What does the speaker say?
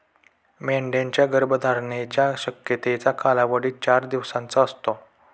मेंढ्यांच्या गर्भधारणेच्या शक्यतेचा कालावधी चार दिवसांचा असतो